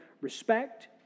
respect